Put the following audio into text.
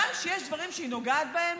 רגב היא העובדה שיש דברים שהיא נוגעת בהם